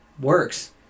works